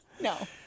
No